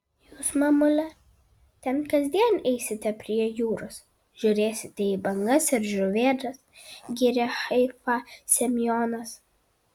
jūs mamule ten kasdien eisite prie jūros žiūrėsite į bangas ir žuvėdras gyrė haifą semionas